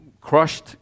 crushed